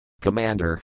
Commander